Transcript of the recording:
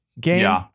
game